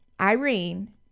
Irene